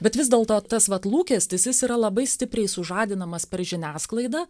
bet vis dėlto tas vat lūkestis jis yra labai stipriai sužadinamas per žiniasklaidą